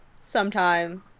sometime